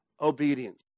obedience